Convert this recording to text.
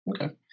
okay